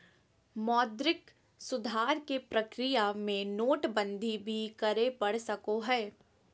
मौद्रिक सुधार के प्रक्रिया में नोटबंदी भी करे पड़ सको हय